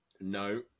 No